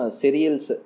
cereals